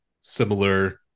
similar